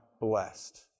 blessed